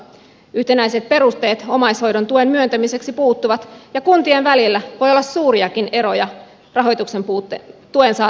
yhtenäiset perusteet omaishoidon tuen myöntämiseksi puuttuvat ja kuntien välillä voi olla suuriakin eroja tuen saatavuudessa